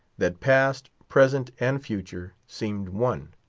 that past, present, and future seemed one.